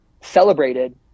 celebrated